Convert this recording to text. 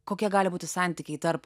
kokie gali būti santykiai tarp